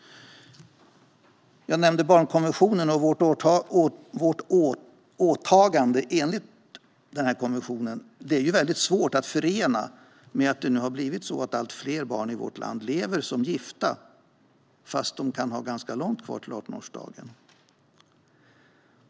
Jag nämnde barnkonventionen, och vårt åtagande enligt denna konvention är svårt att förena med att allt fler barn i vårt land lever som gifta fast de har långt kvar till 18-årsdagen.